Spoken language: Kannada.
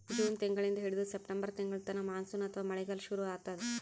ಜೂನ್ ತಿಂಗಳಿಂದ್ ಹಿಡದು ಸೆಪ್ಟೆಂಬರ್ ತಿಂಗಳ್ತನಾ ಮಾನ್ಸೂನ್ ಅಥವಾ ಮಳಿಗಾಲ್ ಶುರು ಆತದ್